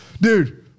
Dude